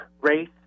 race